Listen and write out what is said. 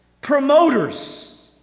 promoters